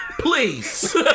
Please